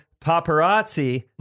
paparazzi